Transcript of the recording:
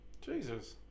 Jesus